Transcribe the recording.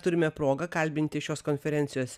turime progą kalbinti šios konferencijos